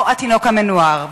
או התינוק המנוער.